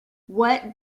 what